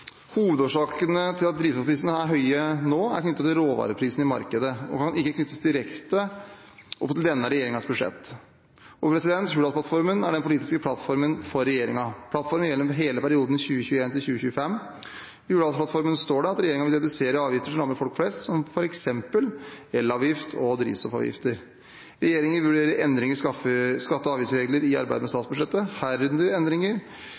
Hovedårsakene til at drivstoffprisene er høye nå, er knyttet til råvareprisene i markedet og kan ikke knyttes direkte opp til denne regjeringens budsjett. Hurdalsplattformen er den politiske plattformen for regjeringen. Plattformen gjelder for hele perioden 2021–2025. I Hurdalsplattformen står det at regjeringen vil «redusere avgifter som rammer folk flest, som for eksempel elavgift og drivstoffavgifter». Regjeringen vurderer endringer i skatte- og avgiftsregler i arbeidet med statsbudsjettet, herunder endringer